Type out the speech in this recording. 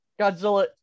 Godzilla